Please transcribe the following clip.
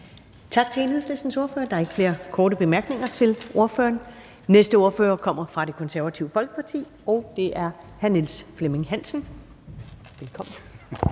Tak til Enhedslistens ordfører. Der er ikke flere korte bemærkninger til ordføreren. Den næste ordfører kommer fra Det Konservative Folkeparti, og det er hr. Niels Flemming Hansen. Velkommen.